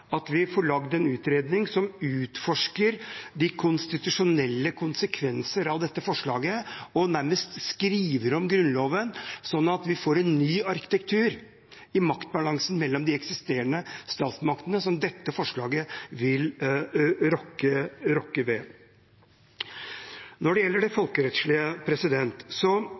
at vi får en utredning som utforsker de konstitusjonelle konsekvenser av dette forslaget og nærmest skriver om Grunnloven sånn at vi får en ny arkitektur i maktbalansen mellom de eksisterende statsmaktene som dette forslaget vil rokke ved. Når det gjelder det folkerettslige,